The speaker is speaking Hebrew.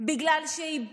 בגלל שהיא